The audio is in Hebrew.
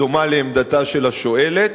דומה לעמדתה של השואלת,